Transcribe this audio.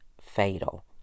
fatal